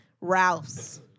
Ralph's